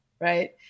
right